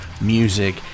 music